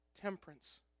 temperance